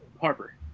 Harper